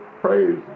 Praise